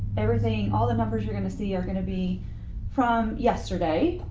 everything all the numbers you're going to see are going to be from yesterday.